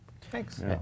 Thanks